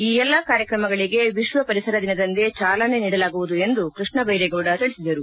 ಈ ಎಲ್ಲ ಕಾರ್ಯಕ್ರಮಗಳಿಗೆ ವಿಶ್ವಪರಿಸರ ದಿನದಂದೇ ಚಾಲನೆ ನೀಡಲಾಗುವುದು ಎಂದು ಕೃಷ್ಣ ಬೈರೇಗೌಡ ಹೇಳಿದರು